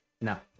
No